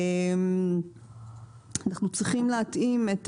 אנחנו צריכים להתאים את